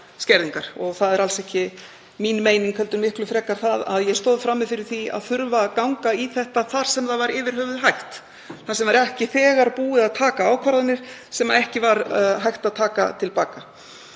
Það var alls ekki mín meining heldur miklu frekar að ég stóð frammi fyrir því að þurfa að ganga í þetta þar sem það var yfir höfuð hægt, þar sem ekki var þegar búið að taka ákvarðanir sem ekki var hægt að taka til baka.